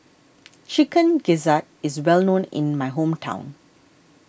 Chicken Gizzard is well known in my hometown